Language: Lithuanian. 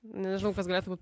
nežinau kas galėtų būt